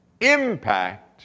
impact